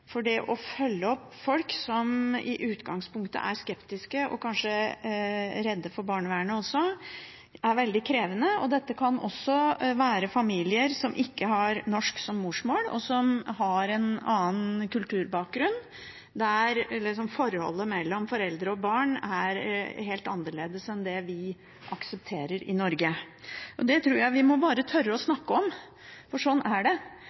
for det å følge opp folk som i utgangspunktet er skeptiske og kanskje også redde for barnevernet, er veldig krevende. Dette kan også være familier som ikke har norsk som morsmål, og som har en annen kulturbakgrunn, der forholdet mellom foreldre og barn er helt annerledes enn det vi aksepterer i Norge. Det tror jeg vi bare må tørre å snakke om, for sånn er det.